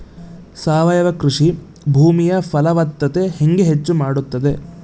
ಸಾವಯವ ಕೃಷಿ ಭೂಮಿಯ ಫಲವತ್ತತೆ ಹೆಂಗೆ ಹೆಚ್ಚು ಮಾಡುತ್ತದೆ?